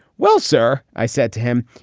well, sir, i said to him,